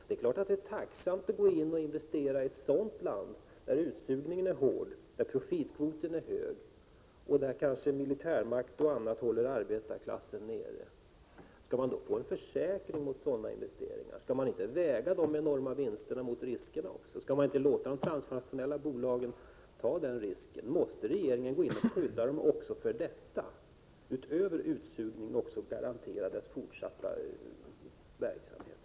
Det är klart att det är tacksamt att investera i sådana länder där utsugningen är hård, där profitkvoten är hög och där kanske militärmakt och annat håller arbetarklassen nere. Skall man då få en försäkring mot sådana investeringar? Skall man inte väga de enorma vinsterna mot riskerna? Skall man inte låta de transnationella bolagen ta dessa risker? Måste regeringen gå in och skydda dem också för detta? Skall man utöver utsugningen också garantera företagens fortsatta verksamhet?